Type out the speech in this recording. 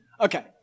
Okay